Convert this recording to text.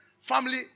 family